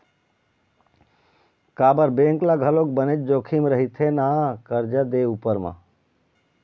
काबर बेंक ल घलोक बनेच जोखिम रहिथे ना करजा दे उपर म